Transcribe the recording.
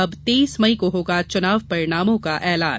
अब तेईस मई को होगा चुनाव परिणामों का एलान